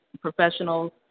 professionals